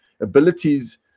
abilities